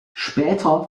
später